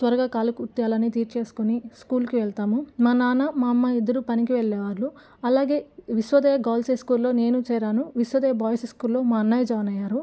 త్వరగా కాలకృత్యాలు అన్ని తీర్చేసుకొని స్కూల్కి వెళ్తాము మా నాన్న మా అమ్మ ఇద్దరు పనికి వెళ్ళేవాళ్ళు అలాగే విస్వోదయ గర్ల్స్ హై స్కూల్లో నేను చేరాను విస్వోదయ బాయ్స్ స్కూల్లో మా అన్నయ్య జాయిన్ అయ్యారు